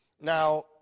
Now